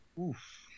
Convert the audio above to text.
Oof